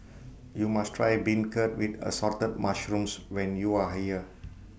YOU must Try Beancurd with Assorted Mushrooms when YOU Are here